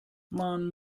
man